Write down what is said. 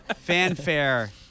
fanfare